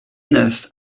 neuf